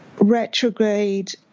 retrograde